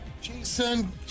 Jason